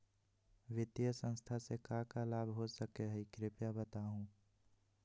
वित्तीय संस्था से का का लाभ हो सके हई कृपया बताहू?